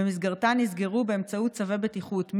ובמסגרתה נסגרו באמצעות צווי בטיחות,